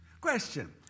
Question